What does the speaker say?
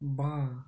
বাঁ